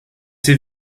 ses